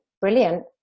Brilliant